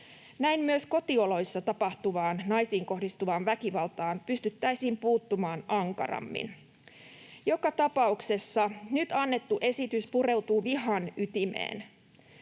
Näin myös kotioloissa tapahtuvaan naisiin kohdistuvaan väkivaltaan pystyttäisiin puuttumaan ankarammin. Joka tapauksessa nyt annettu esitys pureutuu vihan ytimeen,